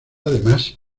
además